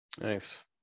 nice